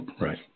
Right